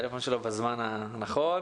שלום לכולם.